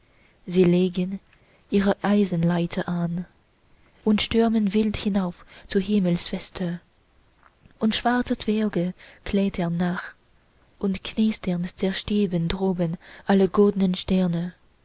sie legen ihre eisenleiter an und stürmen wild hinauf zur himmelsfeste und schwarze zwerge klettern nach und knisternd zerstieben droben alle goldnen sterne